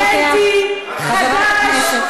יש כאן ימין אינטליגנטי, חדש.